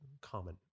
common